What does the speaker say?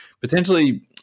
Potentially